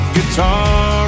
Guitar